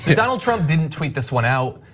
donald trump didn't tweet this one out.